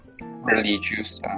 Religious